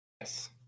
Yes